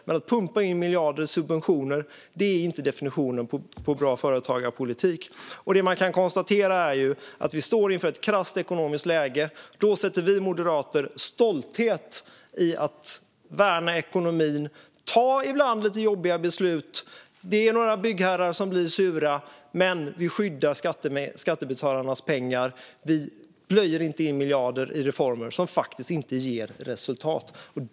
Men att pumpa in miljarder i subventioner är inte definitionen på bra företagarpolitik. Det man kan konstatera är att vi står inför ett krasst ekonomiskt läge. Då sätter vi moderater stolthet i att värna ekonomin och att ibland ta lite jobbiga beslut. Det är några byggherrar som blir sura, men vi skyddar skattebetalarnas pengar. Vi plöjer inte in miljarder i reformer som faktiskt inte ger resultat.